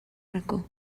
racó